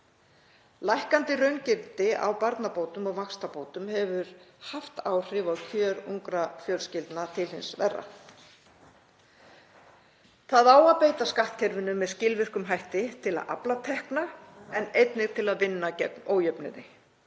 Lækkandi raungildi á barnabótum og vaxtabótum hefur haft áhrif á kjör ungra fjölskyldna til hins verra. Það á að beita skattkerfinu með skilvirkum hætti til að afla tekna en einnig til að vinna gegn ójöfnuði.